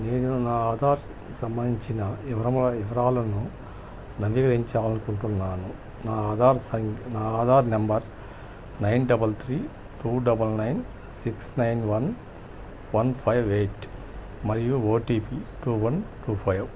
నేను నా ఆధార్ సంబంధించిన వివరముల వివరాలను నవీకరించాలనుకుంటున్నాను నా ఆధార్ సం నా Aadhaar number nine double three two double nine six nine one one five eight మరియు OTP two one two five